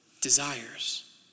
desires